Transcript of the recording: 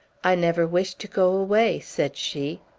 i never wish to go away, said she.